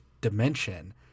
dimension